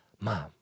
Mom